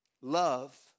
Love